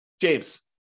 James